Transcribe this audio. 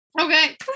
Okay